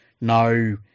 No